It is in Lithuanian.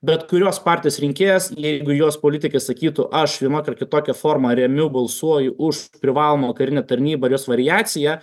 bet kurios partijos rinkėjas jeigu jos politikai sakytų aš vienokia ar kitokia forma remiu balsuoju už privalomą karinę tarnybą ir jos variaciją